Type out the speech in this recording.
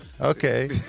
okay